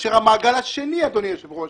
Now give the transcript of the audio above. כאשר המעגל השני, אדוני היושב ראש,